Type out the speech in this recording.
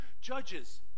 judges